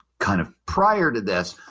kind of prior to this,